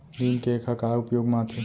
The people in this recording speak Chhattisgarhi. नीम केक ह का उपयोग मा आथे?